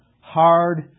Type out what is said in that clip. hard